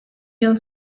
yıl